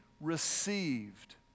received